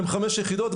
הם חמש יחידות,